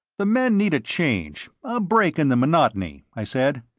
the men need a change, a break in the monotony, i said.